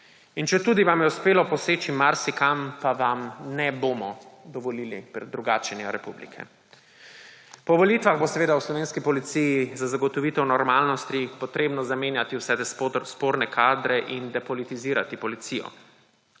Četudi vam je uspelo poseči marsikam, pa vam ne bomo dovolili predrugačenja republike. Po volitvah bo seveda v slovenski policiji za zagotovitev normalnosti potrebno zamenjati vse te sporne kadre in depolitizirati policijo